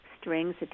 Strings